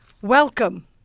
Welcome